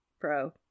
bro